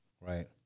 right